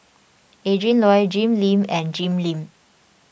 Adrin Loi Jim Lim and Jim Lim